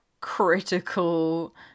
critical